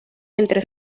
entre